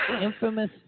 Infamous